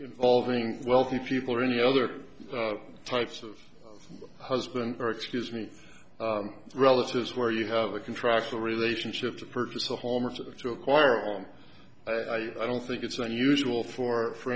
involving wealthy people or any other types of husband or excuse me relatives where you have a contractual relationship to purchase a home or to acquire a home i don't think it's unusual for for